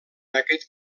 aquest